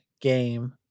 game